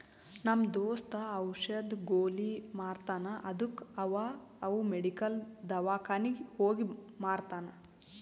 ನಮ್ ದೋಸ್ತ ಔಷದ್, ಗೊಲಿ ಮಾರ್ತಾನ್ ಅದ್ದುಕ ಅವಾ ಅವ್ ಮೆಡಿಕಲ್, ದವ್ಕಾನಿಗ್ ಹೋಗಿ ಮಾರ್ತಾನ್